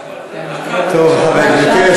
כן, בבקשה.